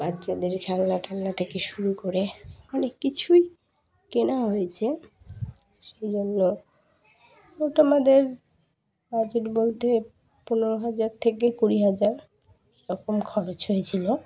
বাচ্চাদের খেলনা টেলনা থেকে শুরু করে অনেক কিছুই কেনা হয়েছে সেই জন্য মোট আমাদের বাজেট বলতে পনেরো হাজার থেকে কুড়ি হাজার এরকম খরচ হয়েছিলো